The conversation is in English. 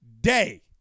day